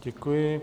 Děkuji.